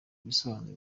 ibisobanuro